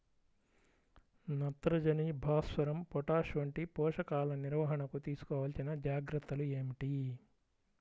నత్రజని, భాస్వరం, పొటాష్ వంటి పోషకాల నిర్వహణకు తీసుకోవలసిన జాగ్రత్తలు ఏమిటీ?